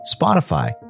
Spotify